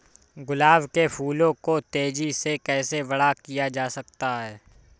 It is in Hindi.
गुलाब के फूलों को तेजी से कैसे बड़ा किया जा सकता है?